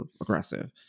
aggressive